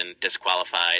disqualified